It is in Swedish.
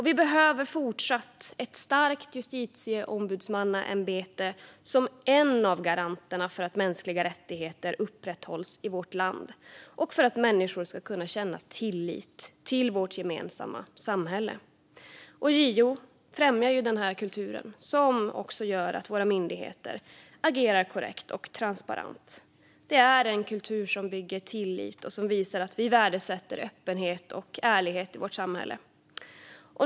Vi behöver fortsatt ett starkt justitieombudsmannaämbete som en av garanterna för att mänskliga rättigheter upprätthålls i vårt land och för att människor ska kunna känna tillit till vårt gemensamma samhälle. JO främjar en kultur som gör att våra myndigheter agerar korrekt och transparent. Det är en kultur som bygger tillit och visar att vi värdesätter öppenhet och ärlighet i vårt samhälle.